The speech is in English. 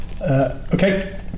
okay